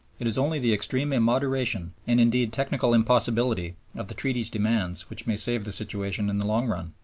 it is only the extreme immoderation, and indeed technical impossibility, of the treaty's demands which may save the situation in the long-run.